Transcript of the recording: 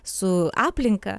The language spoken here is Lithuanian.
su aplinka